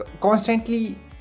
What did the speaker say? constantly